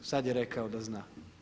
Sad je rekao da zna.